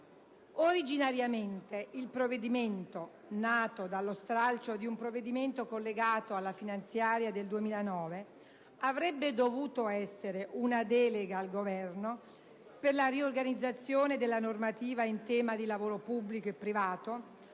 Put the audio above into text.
Originariamente il provvedimento, nato dallo stralcio di un provvedimento collegato alla finanziaria del 2009, avrebbe dovuto essere una delega al Governo per la riorganizzazione della normativa in tema di lavoro pubblico e privato,